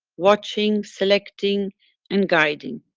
watching, selecting and guiding.